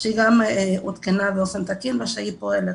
שגם הותקנה באופן תקין ושהיא פועלת.